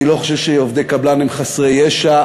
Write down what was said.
אני לא חושב שעובדי קבלן הם חסרי ישע,